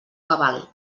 cabal